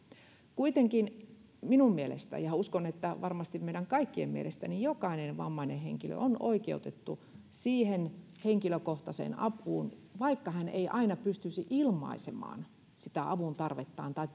kuitenkin minun mielestäni ja uskon että varmasti meidän kaikkien mielestä jokainen vammainen henkilö on oikeutettu siihen henkilökohtaiseen apuun vaikka hän ei aina pystyisi ilmaisemaan avuntarvettaan tai